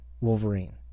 Wolverine